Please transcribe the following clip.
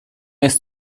jest